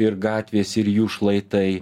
ir gatvės ir jų šlaitai